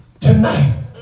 tonight